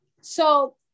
so-